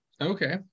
okay